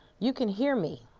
you can hear me.